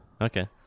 Okay